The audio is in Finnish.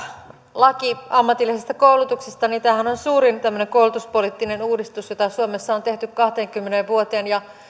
laki ammatillisesta koulutuksesta on suurin tällainen koulutuspoliittinen uudistus jota suomessa on tehty kahteenkymmeneen vuoteen ja